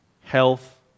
Health